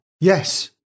Yes